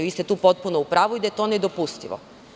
Vi ste tu potpuno u pravu da je to nedopustivo.